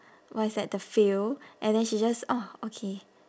what is that the field and then she just ah okay